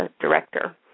director